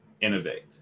innovate